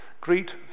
greet